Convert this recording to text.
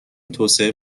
توسعه